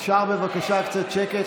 אפשר, בבקשה, קצת שקט?